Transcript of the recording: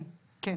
כן.